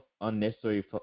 unnecessary